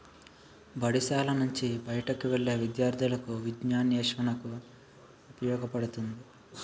బడిశాల నుంచి బయటకు వెళ్లే విద్యార్థులకు విజ్ఞానాన్వేషణకు ఉపయోగపడుతుంది